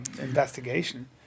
investigation